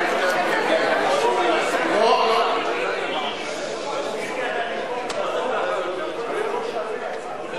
להסיר מסדר-היום את הצעת חוק הבטחת הכנסה (תיקון,